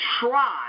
try